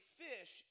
fish